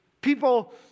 People